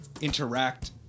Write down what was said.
interact